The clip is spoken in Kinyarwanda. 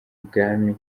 ibwami